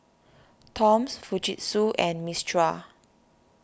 Toms Fujitsu and Mistral